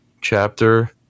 chapter